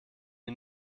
die